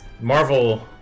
Marvel